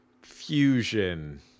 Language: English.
Fusion